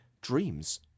dreams